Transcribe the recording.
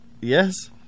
Yes